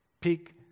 Peak